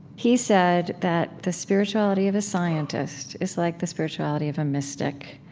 he said that the spirituality of a scientist is like the spirituality of a mystic,